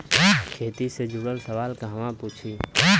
खेती से जुड़ल सवाल कहवा पूछी?